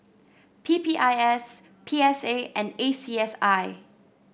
P P I S P S A and A C S I